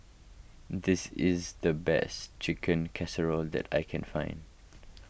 this is the best Chicken Casserole that I can find